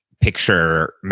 picture